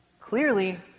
Clearly